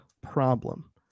problem